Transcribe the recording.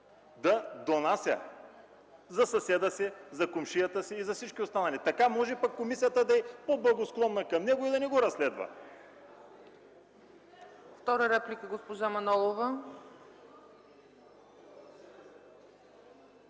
да донася за съседа си, за комшията си и за всички останали. Така комисията може да е по-благосклонна към него и да не го разследва!